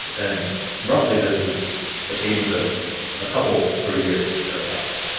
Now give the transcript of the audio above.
and roughly, this is a cadence of a couple per year, thereabouts,